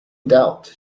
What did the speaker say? doubt